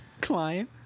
Climb